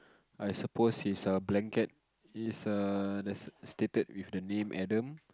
I suppose is a blanket it's a stated with the name Adam